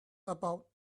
about